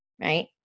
right